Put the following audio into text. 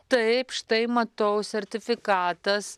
taip štai matau sertifikatas